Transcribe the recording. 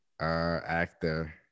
actor